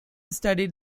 studied